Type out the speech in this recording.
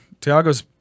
Tiago's